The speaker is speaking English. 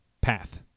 path